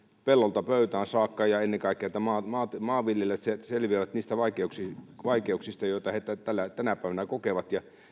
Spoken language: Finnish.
pellolta pöytään saakka ja ennen kaikkea että maanviljelijät selviävät niistä vaikeuksista joita he tänä päivänä kokevat